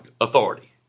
authority